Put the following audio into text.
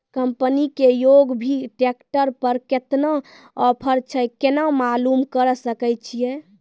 Company के कोय भी ट्रेक्टर पर केतना ऑफर छै केना मालूम करऽ सके छियै?